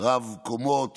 רב-קומות